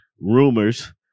rumors